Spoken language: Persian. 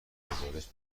گزارش